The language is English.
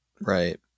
Right